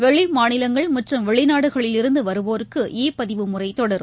வெளிமாநிலங்கள் மற்றும் வெளிநாடுகளில் இருந்துவருவோருக்கு இ பதிவு முறைதொடரும்